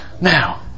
Now